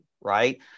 right